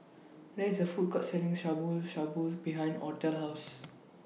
There IS A Food Court Selling Shabu Shabu behind Othel's House